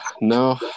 No